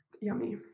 Yummy